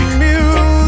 music